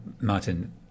Martin